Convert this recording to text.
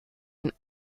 ihn